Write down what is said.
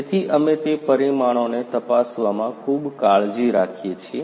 તેથી અમે તે પરિમાણોને તપાસવામાં ખૂબ કાળજી રાખીએ છીએ